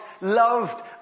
loved